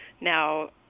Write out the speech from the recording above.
Now